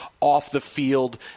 off-the-field